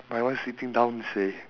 my one is sitting down seh